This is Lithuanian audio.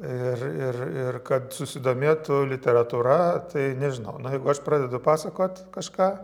ir ir ir kad susidomėtų literatūra tai nežinau na jeigu aš pradedu pasakot kažką